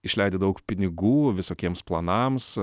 išleidi daug pinigų visokiems planams